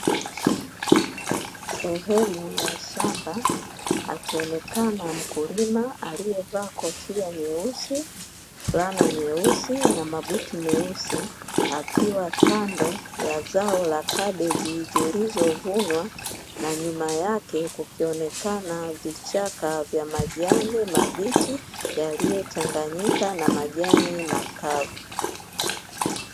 Sehemu ya shamba akionekana mkulima aliyevaa kofia nyeusi, fulana nyeusi na mabuti meusi; akiwa kando ya zao la kabeji zilizovunwa, na nyuma yake kukionekana vichaka vya majani mabichi yaliyochanganyika na majani makavu.